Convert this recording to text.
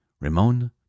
Ramon